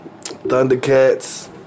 Thundercats